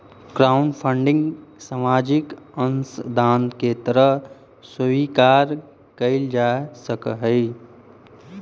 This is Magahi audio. क्राउडफंडिंग सामाजिक अंशदान के तरह स्वीकार कईल जा सकऽहई